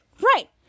Right